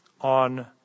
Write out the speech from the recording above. on